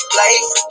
life